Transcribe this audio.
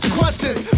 questions